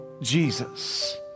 Jesus